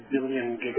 billion